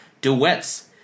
Duets